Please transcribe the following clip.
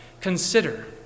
Consider